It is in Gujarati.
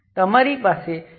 અને તેમની પાસે નામો છે